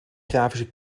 grafische